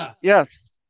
Yes